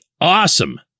awesome